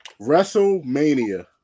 WrestleMania